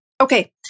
Okay